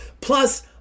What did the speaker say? Plus